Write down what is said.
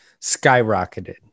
skyrocketed